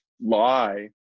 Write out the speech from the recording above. lie